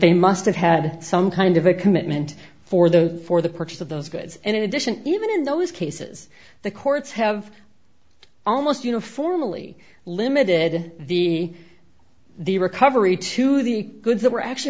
they must have had some kind of a commitment for the for the purchase of those goods and in addition even in those cases the courts have almost uniformly limited the the recovery to the goods that were actually